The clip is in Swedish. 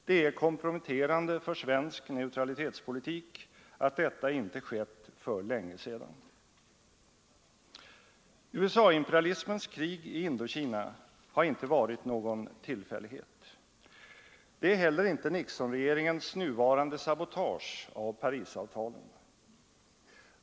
Det är komprometterande för svensk neutralitetspolitik att detta inte skett för länge sedan. USA-imperialismens krig i Indokina har inte varit någon tillfällighet. Det är inte heller Nixonregeringens nuvarande sabotage av Parisavtalen.